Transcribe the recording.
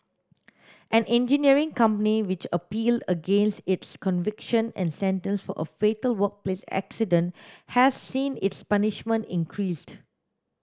an engineering company which appealed against its conviction and sentence for a fatal workplace accident has seen its punishment increased